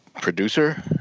producer